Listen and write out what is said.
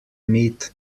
meat